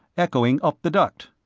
echoing up the duct.